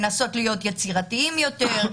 שינסו להיות יצירתיים יותר,